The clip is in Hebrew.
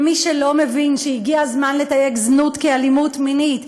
מי שלא מבין שהגיע הזמן לתייג זנות כאלימות מינית,